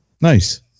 Nice